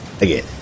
again